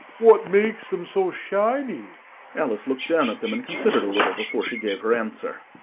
what makes them so shiny alice looked down at them, and considered a little before she gave her answer.